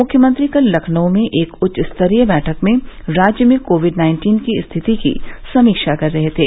मुख्यमंत्री कल लखनऊ में एक उच्चस्तरीय बैठक में राज्य में कोविड नाइन्टीन की स्थिति की समीक्षा कर रहे थे